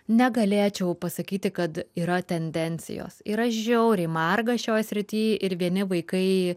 negalėčiau pasakyti kad yra tendencijos yra žiauriai marga šioj srity ir vieni vaikai